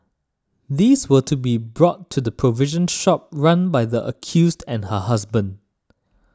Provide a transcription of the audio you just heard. these were to be brought to the provision shop run by the accused and her husband